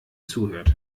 zuhört